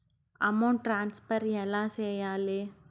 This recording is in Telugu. అమౌంట్ ట్రాన్స్ఫర్ ఎలా సేయాలి